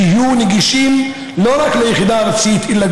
שיהיו נגישים לא רק ליחידה הארצית אלא